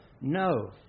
No